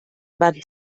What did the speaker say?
van